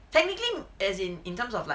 technically as in in terms of like